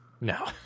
No